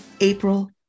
April